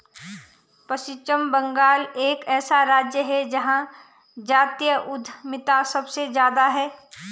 पश्चिम बंगाल एक ऐसा राज्य है जहां जातीय उद्यमिता सबसे ज्यादा हैं